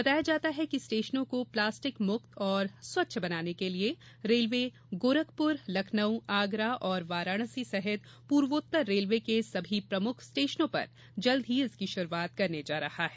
बताया जाता है कि स्टेशनों को प्लास्टिक मुक्त और स्वच्छ बनाने के लिए रेलवे गोरखपुर लखनऊ आगरा और वाराणसी सहित पूर्वोत्तर रेलवे के सभी प्रमुख स्टेशनो पर जल्द ही इसकी शुरुआत करने जा रहा है